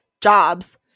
jobs